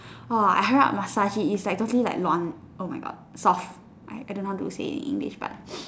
!wah! I hurry up massage it it's like totally like 软 oh my God soft I don't know how to say it in English but